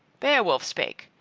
beowulf spake,